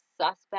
suspect